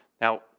Now